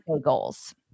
goals